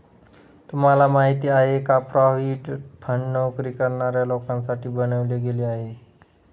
तुम्हाला माहिती आहे का? प्रॉव्हिडंट फंड नोकरी करणाऱ्या लोकांसाठी बनवले गेले आहे